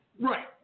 Right